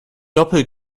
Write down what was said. doppel